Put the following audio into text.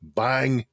bang